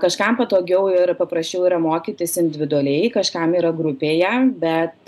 kažkam patogiau ir paprasčiau yra mokytis individualiai kažkam yra grupėje bet